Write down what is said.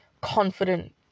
confident